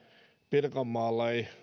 pirkanmaalla ei